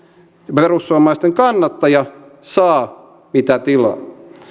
perussuomalaisten kannattaja saa mitä tilaa